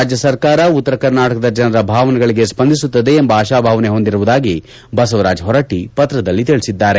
ರಾಜ್ಯ ಸರ್ಕಾರ ಉತ್ತರ ಕರ್ನಾಟಕದ ಜನರ ಭಾವನೆಗಳಗೆ ಸ್ಪಂದಿಸುತ್ತದೆ ಎಂಬ ಆಶಾಭಾವನೆ ಹೊಂದಿರುವುದಾಗಿ ಬಸವರಾಜ ಹೊರಟ್ಟಿ ಪತ್ರದಲ್ಲಿ ತಿಳಿಸಿದ್ದಾರೆ